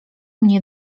mnie